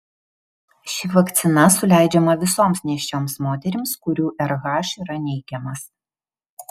ši vakcina suleidžiama visoms nėščioms moterims kurių rh yra neigiamas